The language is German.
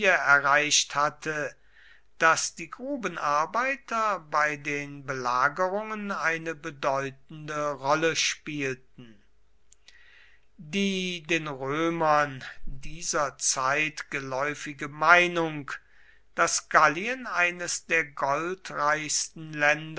erreicht hatte daß die grubenarbeiter bei den belagerungen eine bedeutende rolle spielten die den römern dieser zeit geläufige meinung daß gallien eines der